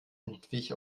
entwich